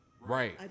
Right